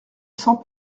sans